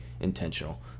intentional